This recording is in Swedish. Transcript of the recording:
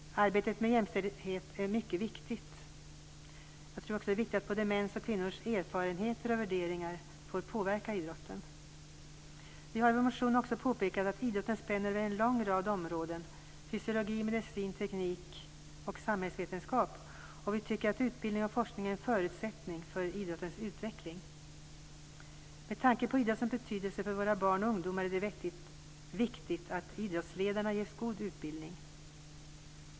Arbetet med jämställdhet är mycket viktigt. Jag tror också att det är viktigt att både mäns och kvinnors erfarenheter och värderingar får påverka idrotten. Vi har i vår motion också påpekat att idrotten spänner över en lång rad områden: fysiologi, medicin, teknik och samhällsvetenskap. Vi tycker att utbildning och forskning är en förutsättning för idrottens utveckling. Med tanke på idrottens betydelse för våra barn och ungdomar är det viktigt att idrottsledarna ges god utbildning.